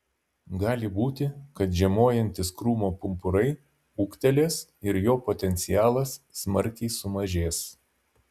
gali būti kad žiemojantys krūmo pumpurai ūgtelės ir jo potencialas smarkiai sumažės